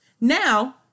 Now